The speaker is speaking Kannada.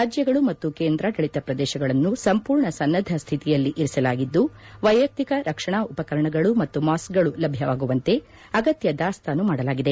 ರಾಜ್ಯಗಳು ಮತ್ತು ಕೇಂದ್ರಾಡಳಿತ ಪ್ರದೇಶಗಳನ್ನು ಸಂಪೂರ್ಣ ಸನ್ನದ್ಧ ಸ್ಥಿತಿಯಲ್ಲಿ ಇರಿಸಲಾಗಿದ್ದು ವೈಯಕ್ತಿಕ ರಕ್ಷಣಾ ಉಪಕರಣಗಳು ಮತ್ತು ಮಾಸ್ಕ್ಗಳು ಲಭ್ಯವಾಗುವಂತೆ ಅಗತ್ಯ ದಾಸ್ತಾನು ಮಾಡಲಾಗಿದೆ